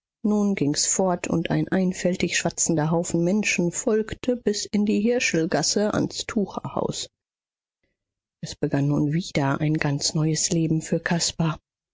nun ging's fort und ein einfältig schwatzender haufen menschen folgte bis in die hirschelgasse ans tucherhaus es begann nun wieder ein ganz neues leben für caspar